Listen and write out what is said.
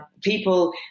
people